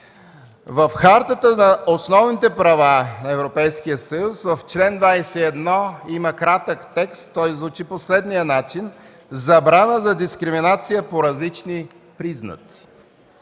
В Хартата на основните права на Европейския съюз в чл. 21 има кратък текст и той звучи по следния начин: „Забрана за дискриминация по различни признаци”.